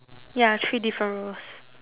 ya three different roles